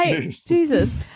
jesus